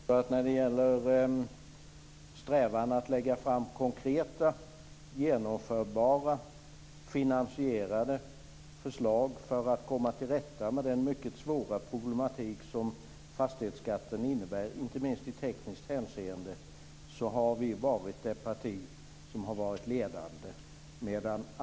Fru talman! Jag tvekar inte att påstå att när det gäller strävan att lägga fram konkreta, genomförbara och finansierade förslag för att komma till rätta med den mycket svåra problematik som fastighetsskatten innebär, inte minst i tekniskt hänseende, har vi varit det parti som har varit ledande.